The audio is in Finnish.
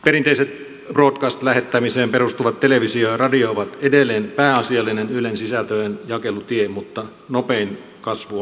perinteiset broadcast lähettämiseen perustuvat televisio ja radio ovat edelleen pääasiallinen ylen sisältöjen jakelutie mutta nopein kasvu on nettipuolella